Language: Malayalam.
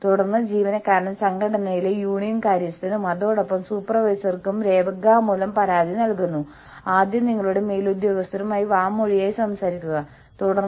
കൂടാതെ ഏതെങ്കിലും യൂണിയൻവൽക്കരണത്തിന്റെ ഏതെങ്കിലും കൂട്ടായ പ്രവർത്തനത്തിന്റെ ഒരു സൂചന പോലും ഉടനടി ഒഴിവാക്കപ്പെടുന്നു